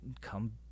come